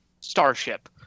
starship